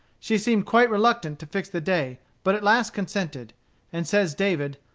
she seemed quite reluctant to fix the day, but at last consented and says david,